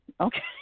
Okay